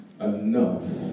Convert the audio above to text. enough